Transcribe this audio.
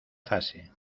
fase